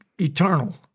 eternal